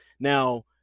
Now